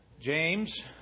James